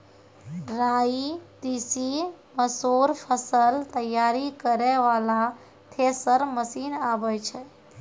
राई तीसी मसूर फसल तैयारी करै वाला थेसर मसीन आबै छै?